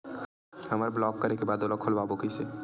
हमर ब्लॉक करे के बाद ओला खोलवाबो कइसे?